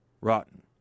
rotten